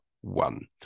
one